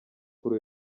kuri